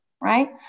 right